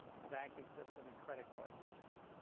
banking system and credit card systems.